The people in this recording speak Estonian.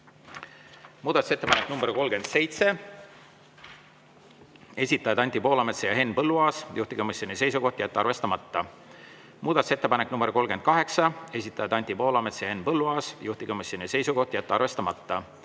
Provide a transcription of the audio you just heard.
Muudatusettepanek nr 37, esitajad Anti Poolamets ja Henn Põlluaas, juhtivkomisjoni seisukoht on jätta arvestamata. Muudatusettepanek nr 38, esitajad Anti Poolamets ja Henn Põlluaas, juhtivkomisjoni seisukoht on jätta arvestamata.